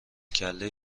کله